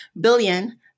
billion